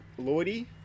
Lloydie